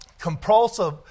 compulsive